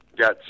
got